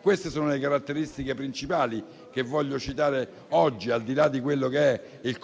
Queste sono le caratteristiche principali che voglio citare oggi, al di là di quella che è